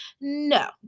No